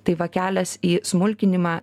tai va kelias į smulkinimą